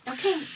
Okay